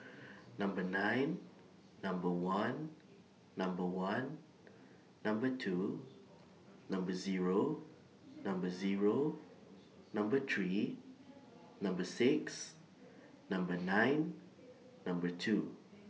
Number nine Number one Number one Number two Number Zero Number Zero Number three Number six Number nine Number two